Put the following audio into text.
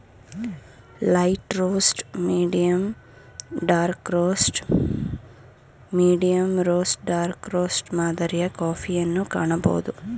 light roast, medium dark roast, medium roast dark roast ಮಾದರಿಯ ಕಾಫಿಯನ್ನು ಕಾಣಬೋದು